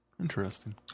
interesting